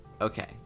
okay